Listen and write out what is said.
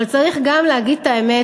אבל צריך גם להגיד את האמת,